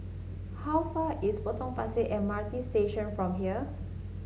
how far is Potong Pasir M R T Station from here